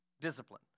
discipline